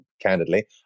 candidly